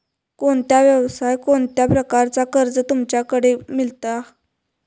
कोणत्या यवसाय कोणत्या प्रकारचा कर्ज तुमच्याकडे मेलता?